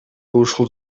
ушул